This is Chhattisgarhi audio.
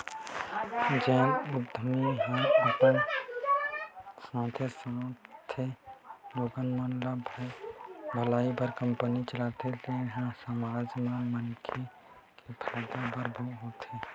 जेन उद्यमी ह अपन साथे साथे लोगन मन के भलई बर कंपनी चलाथे तेन ह समाज के मनखे के फायदा बर होथे